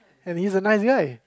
and he's a nice guy